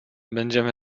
będziemy